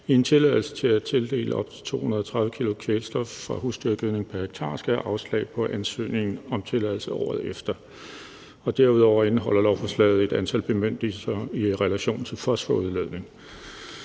i en tilladelse til at tildele op til 230 kg kvælstof fra husdyrgødning pr. hektar, skal have afslag på ansøgningen om tilladelse året efter. Derudover indeholder lovforslaget et antal bemyndigelser i relation til fosforudledning.